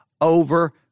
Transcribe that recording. over